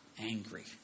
angry